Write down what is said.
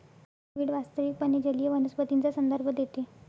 seaweed वास्तविकपणे जलीय वनस्पतींचा संदर्भ देते